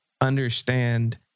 understand